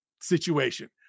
situation